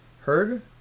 heard